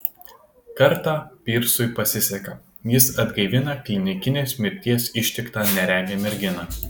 kartą pyrsui pasiseka jis atgaivina klinikinės mirties ištiktą neregę merginą